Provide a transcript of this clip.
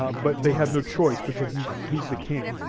but they have no choice because he's he's the king.